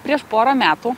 prieš pora metų